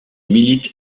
milite